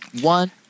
one